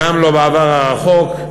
גם לא בעבר הרחוק.